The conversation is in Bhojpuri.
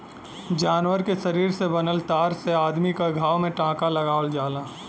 जानवर के शरीर से बनल तार से अदमी क घाव में टांका लगावल जाला